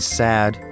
sad